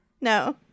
No